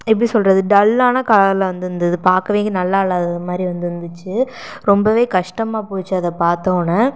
எப்படி சொல்வது டல்லான கலரில் வந்திருந்துது பார்க்கவே நல்லா இல்லாதது மாதிரி வந்துருச்சிச்சு ரொம்ப கஷ்டமாக போச்சு அதை பார்த்தோன